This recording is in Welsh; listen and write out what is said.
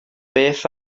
beth